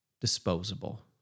disposable